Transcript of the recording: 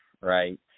Right